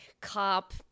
cop